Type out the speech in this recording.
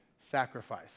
sacrifice